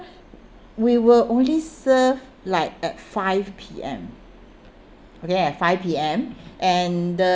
we were only served like at five P_M okay at five P_M and the